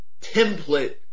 template